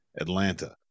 atlanta